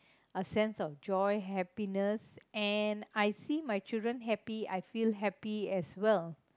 a sense of joy happiness and I see my children happy I feel happy as well